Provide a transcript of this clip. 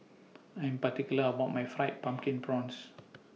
I Am particular about My Fried Pumpkin Prawns